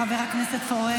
חבר הכנסת פורר.